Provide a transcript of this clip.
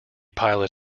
pilot